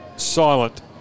silent